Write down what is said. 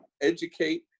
educate